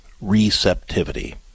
receptivity